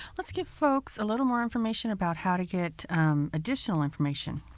let's give folks a little more information about how to get additional information.